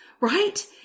right